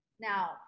Now